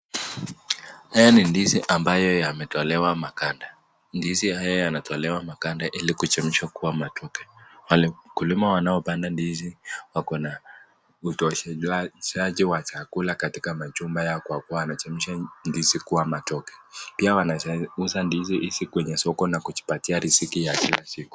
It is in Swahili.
Hii ni ndizi ambayo yametolewa makande. Ndizi haya yanatolewa makande ili kuchemshwa kuwa matoke. Wale wakulima wanaopanda ndizi wako na utosheji wa chakula katika majumba yao kwa kuwa wanachemsha ndizi kuwa matoke. Pia wanauza ndizi hizi kwenye soko na kujipatia riziki ya kila siku.